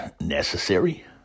necessary